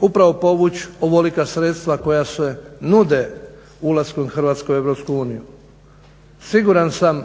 upravo povući ovolika sredstva koja se nude ulaskom Hrvatske u EU. Siguran sam